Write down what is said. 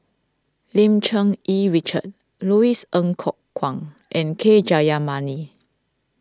Lim Cherng Yih Richard Louis Ng Kok Kwang and K Jayamani